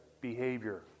behavior